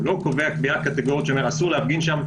הוא לא קובע קביעה קטגורית שאסור להפגין שם,